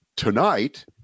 Tonight